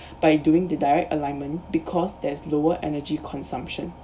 by doing the direct alignment because there's lower energy consumption